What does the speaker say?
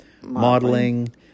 modeling